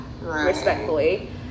respectfully